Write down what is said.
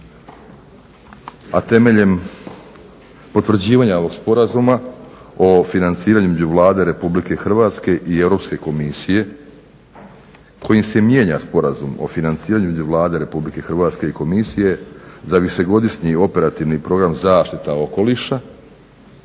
a temeljem potvrđivanja ovog Sporazuma o financiranju između Vlade RH i EU komisije kojim se mijenja Sporazum o financiranju između Vlade RH i Komisije za višegodišnji operativni Program "Zaštita okoliša"